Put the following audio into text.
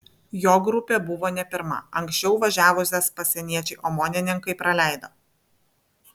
jo grupė buvo ne pirma anksčiau važiavusias pasieniečiai omonininkai praleido